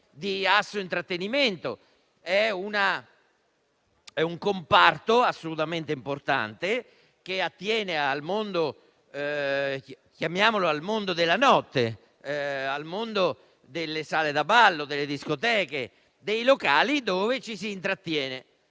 di Asso Intrattenimento: un comparto assolutamente importante che attiene al mondo - per così dire - della notte, delle sale da ballo, delle discoteche, dei locali dove ci si intrattiene